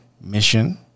Mission